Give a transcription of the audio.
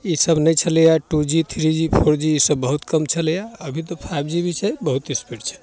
ईसब नहि छलैए two G three G four G ईसब बहुत कम छलैए अभी तऽ फाइव जी भी छै बहुत स्पीड छै